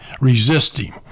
resisting